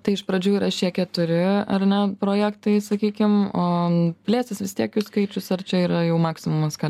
tai iš pradžių yra šie keturi ar ne projektai sakykim o plėstis vis tiek jų skaičius ar čia yra jau maksimumas ką